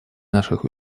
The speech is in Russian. наших